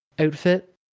outfit